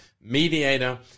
mediator